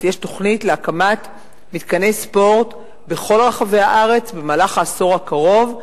תוכנית להקמת מתקני ספורט בכל רחבי הארץ במהלך העשור הקרוב,